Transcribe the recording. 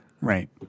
Right